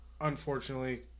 unfortunately